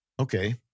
Okay